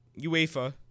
UEFA